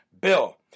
bill